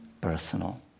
personal